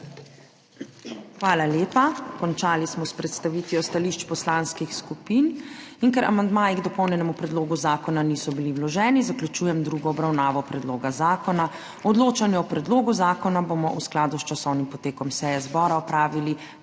Hvala lepa. Končali smo s predstavitvijo stališč poslanskih skupin in ker amandmaji k dopolnjenemu predlogu zakona niso bili vloženi, zaključujem drugo obravnavo predloga zakona. Odločanje o predlogu zakona bomo v skladu s časovnim potekom seje zbora opravili